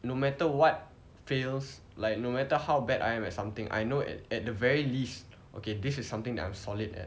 no matter what fails like no matter how bad I am at something I know at at the very least okay this is something that I'm solid at